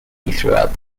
throughout